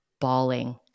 bawling